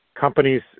companies